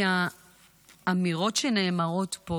כי האמירות שנאמרות פה,